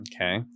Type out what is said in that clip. Okay